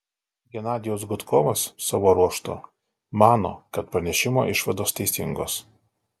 genadijus gudkovas savo ruožtu mano kad pranešimo išvados teisingos